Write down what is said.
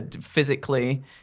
physically